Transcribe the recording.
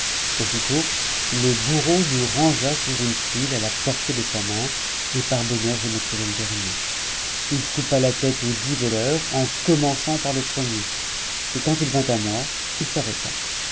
aussitôt le bourreau nous rangea sur une file à la portée de sa main et par bonheur je me trouvai le dernier il coupa la tête aux dix voleurs en commençant par le premier et quand il vint à moi il s'arrêta